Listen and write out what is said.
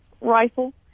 rifle